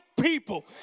people